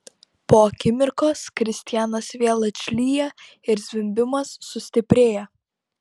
po akimirkos kristianas vėl atšlyja ir zvimbimas sustiprėja